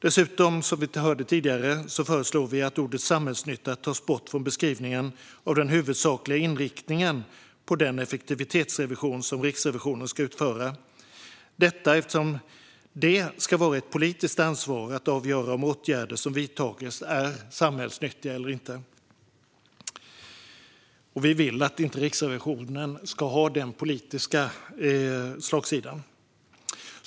Dessutom föreslår vi, som vi hörde tidigare, att ordet "samhällsnytta" tas bort från beskrivningen av den huvudsakliga inriktningen på den effektivitetsrevision som Riksrevisionen ska utföra, eftersom det ska vara ett politiskt ansvar att avgöra om åtgärder som vidtagits är samhällsnyttiga eller inte. Vi vill inte att Riksrevisionen ska ha denna politiska slagsida.